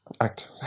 act